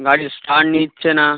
গাড়ি স্টার্ট নিচ্ছে না